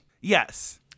Yes